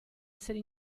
essere